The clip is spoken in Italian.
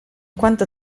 quanto